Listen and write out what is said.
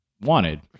wanted